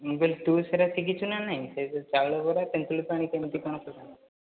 ମୁଁ କହିଲି ତୁ ସେଟା ଶିଖିଛୁ ନା ନାହିଁ ସେ ଯୋଉ ଚାଉଳ ବରା ତେନ୍ତୁଳି ପାଣି କେମିତି କ'ଣ ସେଟା